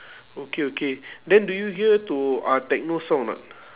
okay okay then do you hear to uh techno song or not